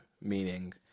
meaning